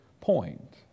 point